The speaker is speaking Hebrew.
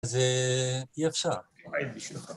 אז אה... יאפשר. היי, בשבילך.